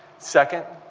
second,